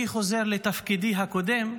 אני חוזר לתפקידי הקודם,